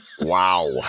Wow